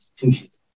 institutions